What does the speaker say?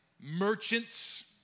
merchants